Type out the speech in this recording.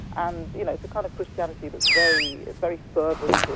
um you know it's a kind of christianity that's very, it's very fervent.